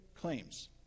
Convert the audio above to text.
claims